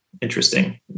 interesting